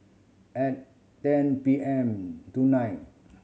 at ten P M tonight